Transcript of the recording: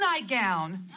nightgown